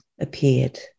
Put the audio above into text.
appeared